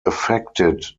affected